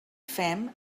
fem